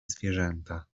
zwierzęta